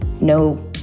no